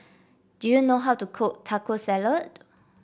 do you know how to cook Taco Salad